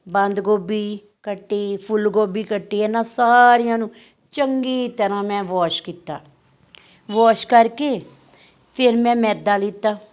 ਬੰਦ ਗੋਭੀ ਕੱਟੀ ਫੁੱਲ ਗੋਭੀ ਕੱਟੀ ਇਹਨਾਂ ਸਾਰੀਆਂ ਨੂੰ ਚੰਗੀ ਤਰ੍ਹਾਂ ਮੈਂ ਵੋਸ਼ ਕੀਤਾ ਵੋਸ਼ ਕਰਕੇ ਫਿਰ ਮੈਂ ਮੈਦਾ ਲਿੱਤਾ